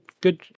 good